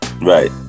Right